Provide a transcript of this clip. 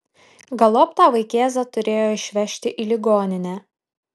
galop tą vaikėzą turėjo išvežti į ligoninę